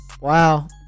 Wow